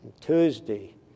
Tuesday